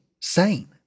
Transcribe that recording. sane